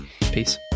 peace